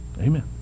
amen